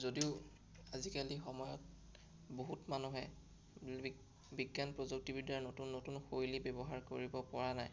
যদিও আজিকালি সময়ত বহুত মানুহে বিজ্ঞান প্ৰযুক্তিবিদ্যাৰ নতুন নতুন শৈলী ব্যৱহাৰ কৰিব পৰা নাই